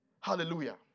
Hallelujah